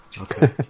Okay